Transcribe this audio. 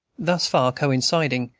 thus far coinciding,